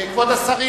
כבוד השרים,